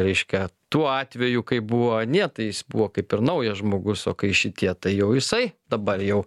reiškia tuo atveju kai buvo anie tai jis buvo kaip ir naujas žmogus o kai šitie tai jau jisai dabar jau